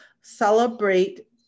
celebrate